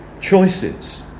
choices